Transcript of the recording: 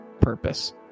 purpose